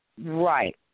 right